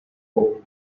own